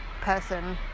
person